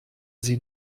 sie